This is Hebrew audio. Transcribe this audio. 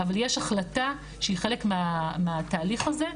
אבל ישנה החלטה שהיא חלק מהתהליך הזה.